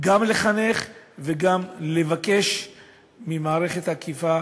גם לחנך וגם לבקש ממערכת האכיפה